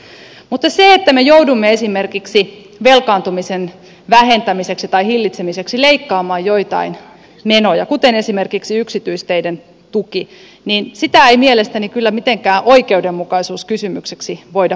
mutta sitä että me joudumme esimerkiksi velkaantumisen vähentämiseksi tai hillitsemiseksi leikkaamaan joitain menoja kuten yksityisteiden tukea ei mielestäni kyllä mitenkään oikeudenmukaisuuskysymykseksi voida pukea